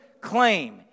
claim